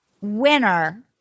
winner